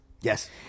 Yes